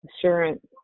assurance